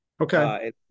Okay